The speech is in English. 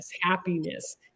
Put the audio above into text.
happiness